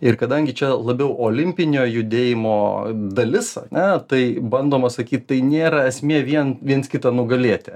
ir kadangi čia labiau olimpinio judėjimo dalis ane tai bandoma sakyt tai nėra esmė vien viens kitą nugalėti